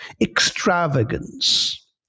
extravagance